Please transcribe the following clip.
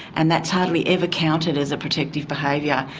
and that's hardly ever counted as a protective behaviour,